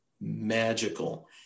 magical